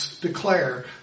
declare